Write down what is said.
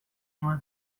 nuen